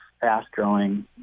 fast-growing